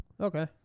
Okay